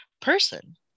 person